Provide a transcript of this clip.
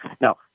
Now